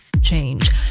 change